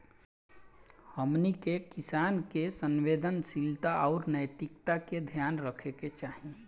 हमनी के किसान के संवेदनशीलता आउर नैतिकता के ध्यान रखे के चाही